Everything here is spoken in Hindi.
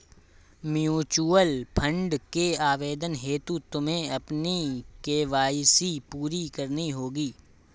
म्यूचूअल फंड के आवेदन हेतु तुम्हें अपनी के.वाई.सी पूरी करनी होगी